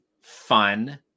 Fun